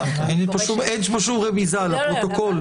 אין פה שום רמיזה, לפרוטוקול.